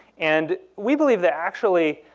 and we believe that actually,